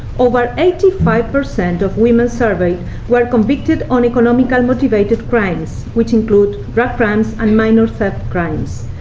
over eighty five percent of women surveyed were convicted on economical-motivated crimes, which include drug crimes, and minor theft crimes.